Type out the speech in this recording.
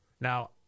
Now